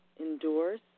endorse